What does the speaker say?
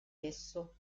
esso